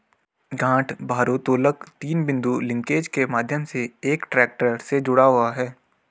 गांठ भारोत्तोलक तीन बिंदु लिंकेज के माध्यम से एक ट्रैक्टर से जुड़ा हुआ है